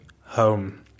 home